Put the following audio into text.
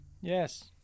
Yes